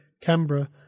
Canberra